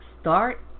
start